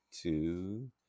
two